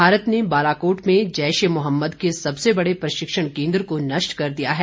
भारत ने बालाकोट में जैश ए मोहम्मद के सबसे बड़े प्रशिक्षण केंद्र को नष्ट कर दिया है